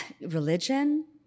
religion